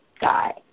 guy